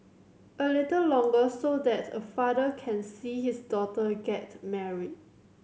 a little longer so that a father can see his daughter get married